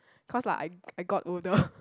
cause like I I got older